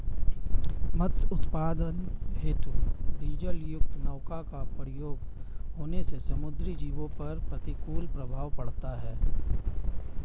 मत्स्य उत्पादन हेतु डीजलयुक्त नौका का प्रयोग होने से समुद्री जीवों पर प्रतिकूल प्रभाव पड़ता है